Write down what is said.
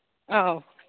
ꯑꯧ